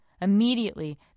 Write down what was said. Immediately